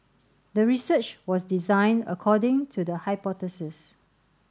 the research was designed according to the hypothesis